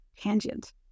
tangent